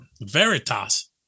Veritas